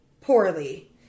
poorly